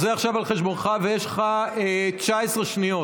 זה עכשיו על חשבונך, ויש לך 19 שניות.